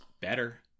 better